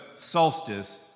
solstice